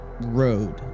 road